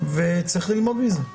וצריך ללמוד מזה.